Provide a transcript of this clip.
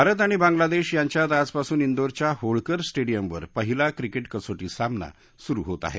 भारत आणि बांगलादेश यांच्यात आजपासून इंदौरच्या होळकर स्टेडियमवर पहिला क्रिकेट कसोटी सामना सुरू होत आहे